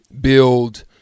build –